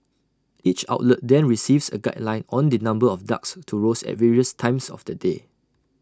each outlet then receives A guideline on the number of ducks to roast at various times of the day